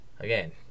Again